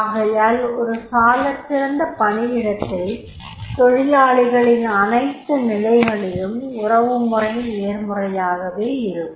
ஆகையால் ஒரு சாலச்சிறந்த பணியிடத்தில் தொழிலாளிகளின் அனைத்து நிலைகளிலும் உறவுமுறை நேர்மறையாகவே இருக்கும்